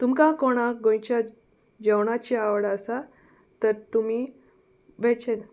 तुमकां कोणाक गोंयच्या जेवणाची आवड आसा तर तुमी वेचे